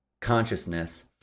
consciousness